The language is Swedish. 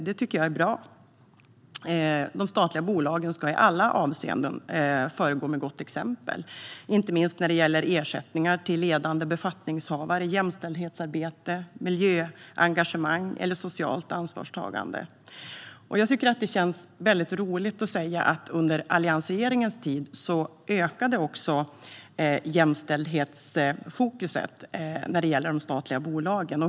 Det tycker jag är bra. De statliga bolagen ska i alla avseenden föregå med gott exempel, inte minst när det gäller ersättningar till ledande befattningshavare, jämställdhetsarbete, miljöengagemang och socialt ansvarstagande. Jag tycker att det känns väldigt roligt att säga att under alliansregeringens tid ökade jämställdhetsfokuset i de statliga bolagen.